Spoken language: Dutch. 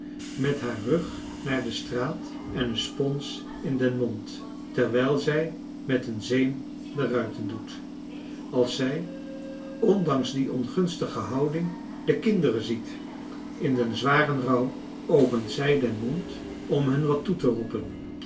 met haar rug naar de straat en een spons in den mond terwijl zij met een zeem de ruiten doet als zij ondanks die ongunstige houding de kinderen ziet in den zwaren rouw opent zij den mond om hun wat toe te roepen